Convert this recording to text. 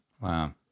Wow